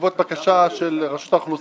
בעקבות בקשה של רשות האוכלוסין,